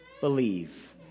believe